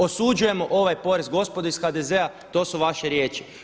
Osuđujemo ovaj porez gospodo iz HDZ-a, to su vaše riječi.